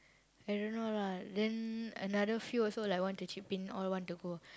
I don't know lah then another few also like want to chip in all want to go